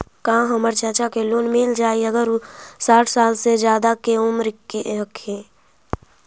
का हमर चाचा के लोन मिल जाई अगर उ साठ साल से ज्यादा के उमर के हथी?